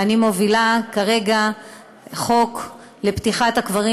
ואני מובילה כרגע חוק לפתיחת הקברים